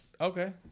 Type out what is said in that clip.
okay